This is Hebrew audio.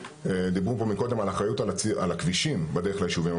דיברו פה מקודם על אחריות על הכבישים בדרך ליישובים,